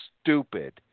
stupid